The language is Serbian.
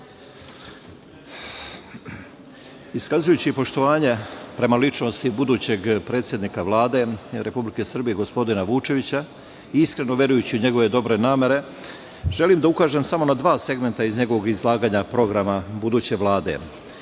Iskazujući poštovanje prema ličnosti budućeg predsednika vlade Republike Srbije gospodina Vučevića, iskreno verujući u njegove dobre namere, želim da ukažem samo na dva segmenta iz njegovog izlaganja programa buduće vlade,